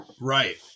right